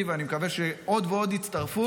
ואני מקווה שעוד ועוד יצטרפו,